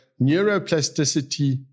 neuroplasticity